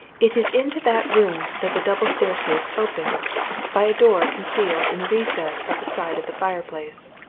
it is into that room that the double staircase opens by a door concealed in the recess at the side of the fire-place.